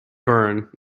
burn